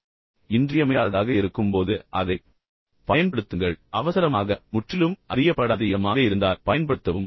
அது முற்றிலும் இன்றியமையாததாக இருக்கும்போது அதைப் பயன்படுத்துங்கள் அவசரமாக மற்றும் முற்றிலும் அறியப்படாத இடமாக இருந்தால் பயன்படுத்தவும்